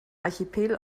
archipel